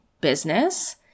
business